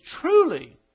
truly